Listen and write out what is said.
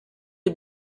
des